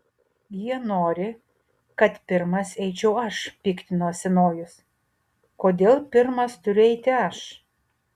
jie nori kad pirmas eičiau aš piktinosi nojus kodėl pirmas turiu eiti aš